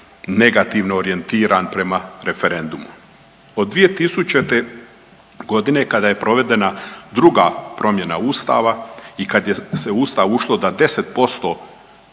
negativno orijentiran prema referendumu. Od 2000. godine kada je provedena druga promjena Ustava i kad se u Ustav ušlo da 10%